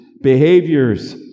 behaviors